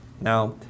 Now